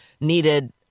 needed